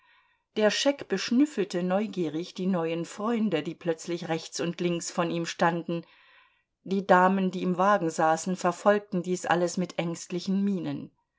der scheck beschnüffelte neugierig die neuen freunde die plötzlich rechts und links von ihm standen die damen die im wagen saßen verfolgten dies alles mit ängstlichen mienen